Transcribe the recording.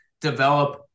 develop